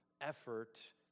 effort